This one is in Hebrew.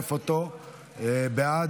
לצרף אותו, בעד?